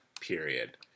period